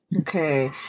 Okay